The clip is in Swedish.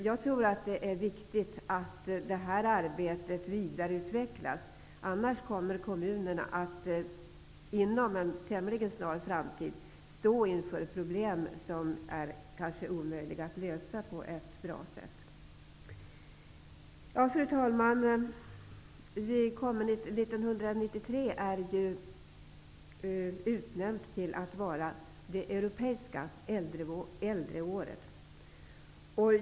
Jag tror att det är viktigt att det här arbetet vidareutvecklas, annars kommer kommunerna att inom en tämligen snar framtid stå inför problem som kanske är omöjliga att lösa på ett bra sätt. Fru talman! 1993 är ju utnämnt till att vara det europeiska äldreåret.